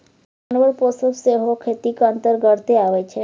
जानबर पोसब सेहो खेतीक अंतर्गते अबै छै